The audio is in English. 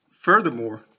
Furthermore